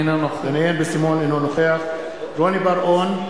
אינו נוכח רוני בר-און,